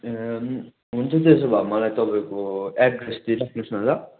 ए हुन्छ त्यसो भए मलाई तपाईँको एड्रेस दिइराख्नुहोस् न ल